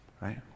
right